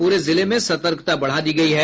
पूरे जिले में सतर्कता बढ़ा दी गयी है